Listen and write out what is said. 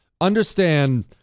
understand